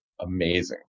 amazing